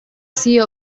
sea